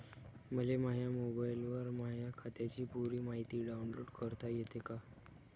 मले माह्या मोबाईलवर माह्या खात्याची पुरी मायती डाऊनलोड करता येते का?